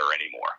anymore